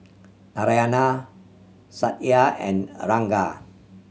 Narayana Satya and Ranga